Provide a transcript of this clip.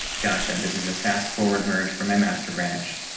gotcha. this is a fast forward merge from a master branch.